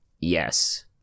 Yes